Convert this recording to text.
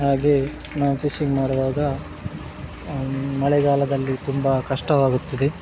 ಹಾಗೆಯೇ ನಾವು ಫಿಶಿಂಗ್ ಮಾಡುವಾಗ ಮಳೆಗಾಲದಲ್ಲಿ ತುಂಬ ಕಷ್ಟವಾಗುತ್ತದೆ